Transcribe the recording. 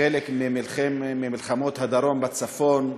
חלק ממלחמות הדרום בצפון,